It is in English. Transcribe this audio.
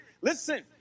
Listen